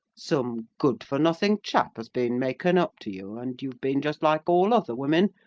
some good-for-nothing chap has been making up to you, and you've been just like all other women,